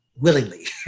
willingly